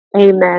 Amen